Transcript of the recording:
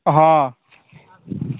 हँ